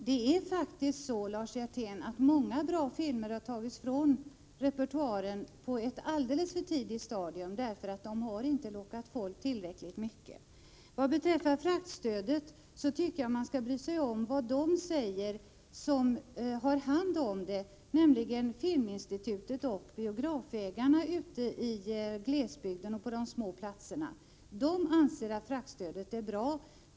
Herr talman! Det är faktiskt så, Lars Hjertén, att många bra filmer har tagits bort från repertoaren på ett alldeles för tidigt stadium därför att de inte har lockat tillräckligt mycket folk. Vad beträffar fraktstödet tycker jag man skall bry sig om vad de säger som har hand om det, nämligen Filminstitutet och biografägarna ute i glesbygden och på de små orterna. De anser att fraktstödet är bra.